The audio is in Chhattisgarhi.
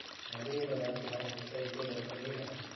मंडी अउ बजार के भाव हमेसा एके बरोबर नइ रहय